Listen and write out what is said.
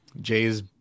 Jay's